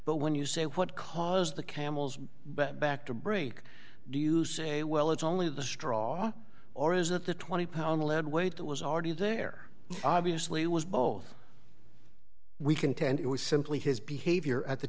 but when you say what caused the camel's back to break do you say well it's only the straw or is it the twenty pound lead weight that was already there obviously was both we contend it was simply his behavior at the